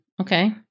Okay